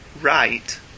right